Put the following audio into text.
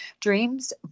dreams